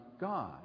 God